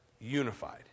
unified